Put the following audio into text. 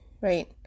right